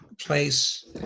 place